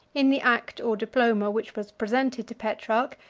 in the act or diploma which was presented to petrarch,